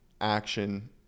action